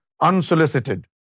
unsolicited